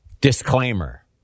disclaimer